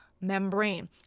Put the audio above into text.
membrane